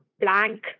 blank